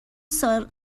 ساره